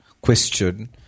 question